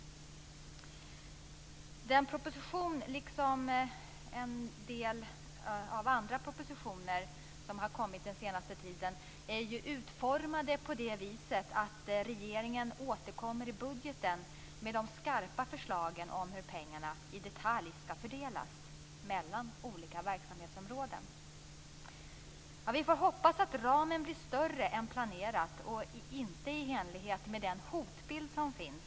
Den här propositionen, liksom en del andra propositioner som har kommit den senaste tiden, är utformade på det viset att regeringen återkommer i budgeten med de skarpa förslagen om hur pengarna i detalj skall fördelas mellan olika verksamhetsområden. Vi får hoppas att ramen blir större än planerat och inte i enlighet med den hotbild som finns.